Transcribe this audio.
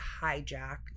hijacked